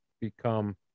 become